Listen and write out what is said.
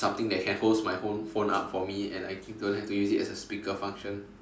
something that can holds my phone phone up for me and I don't have to use it as a speaker function